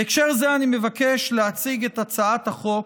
בהקשר זה אני מבקש להציג את הצעת החוק,